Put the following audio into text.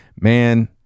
man